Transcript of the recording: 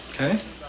Okay